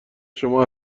شما